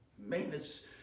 maintenance